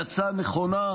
היא הצעה נכונה,